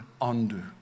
undo